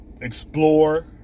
explore